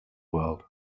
world